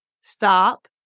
stop